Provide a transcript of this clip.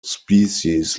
species